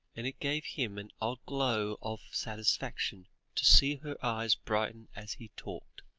and it gave him an odd glow of satisfaction to see her eyes brighten as he talked,